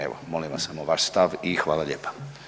Evo, molim vas samo vaš stav i hvala lijepa.